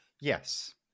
yes